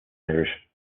irish